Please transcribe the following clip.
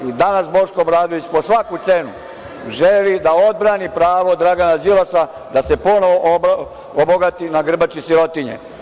I, danas Boško Obradović, po svaku cenu želi da odbrani pravo Dragana Đilasa da se ponovo obogati na grbači sirotinje.